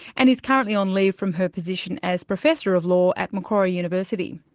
and is currently on leave from her position as professor of law at macquarie university.